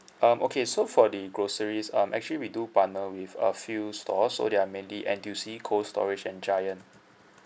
um okay so for the groceries um actually we do partner with a few stores so they are mainly N_T_U_C cold storage and giant